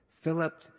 Philip